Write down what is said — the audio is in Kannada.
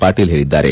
ಪಾಟೀಲ್ ಹೇಳಿದ್ದಾರೆ